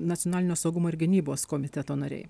nacionalinio saugumo ir gynybos komiteto nariai